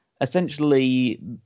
essentially